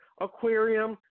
aquarium